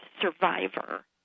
survivor